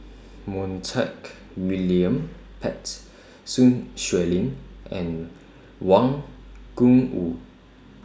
Montague William Pett Sun Xueling and Wang Gungwu